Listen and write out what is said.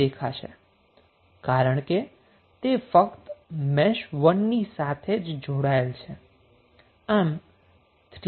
કારણ કે આ કેસમાં તે ફક્ત મેશ 1 ની સાથે જ જોડાયેલ છે